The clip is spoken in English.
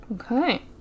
Okay